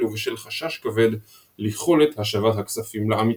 ובשל חשש כבד ליכולת השבת הכספים לעמיתים.